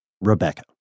Rebecca